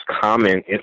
common